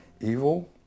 Evil